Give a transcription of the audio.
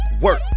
work